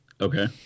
Okay